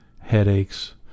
headaches